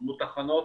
הוקמו תחנות